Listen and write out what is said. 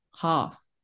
half